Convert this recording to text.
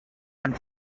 and